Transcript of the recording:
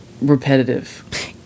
repetitive